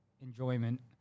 enjoyment